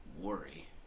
worry